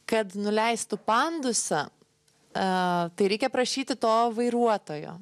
kad nuleistų pandusą a tai reikia prašyti to vairuotojo